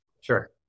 Sure